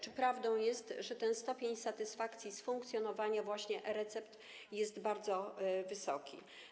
Czy prawdą jest, że ten stopień satysfakcji z funkcjonowania e-recept jest bardzo wysoki?